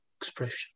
expression